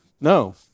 No